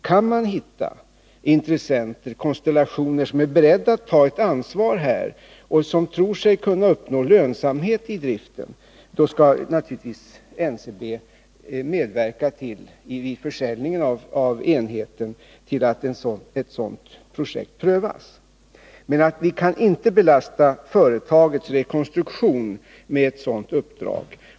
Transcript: Kan man hitta intressenter eller konstellationer som är beredda att ta ett ansvar och tror sig kunna uppnå lönsamhet i driften, skall naturligtvis NCB vid försäljning av enheten medverka till att ett sådant projekt prövas. Men vi kan inte belasta företagets rekonstruktion med ett sådant uppdrag.